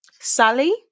Sally